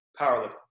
powerlifting